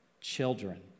Children